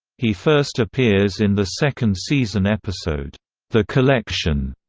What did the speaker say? he first appears in the second-season episode the collection,